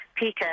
pika